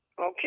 Okay